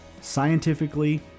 scientifically